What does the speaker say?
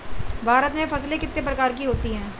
भारत में फसलें कितने प्रकार की होती हैं?